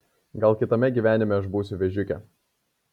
gal kitame gyvenime aš būsiu vėžiuke